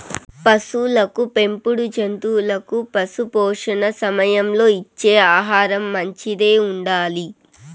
పసులకు పెంపుడు జంతువులకు పశుపోషణ సమయంలో ఇచ్చే ఆహారం మంచిదై ఉండాలి